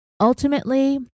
Ultimately